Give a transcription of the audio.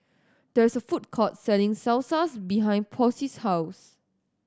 there is a food court selling Salsas behind Posey's house